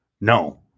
no